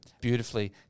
beautifully